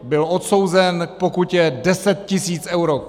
Byl odsouzen k pokutě deset tisíc eur.